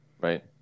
Right